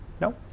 No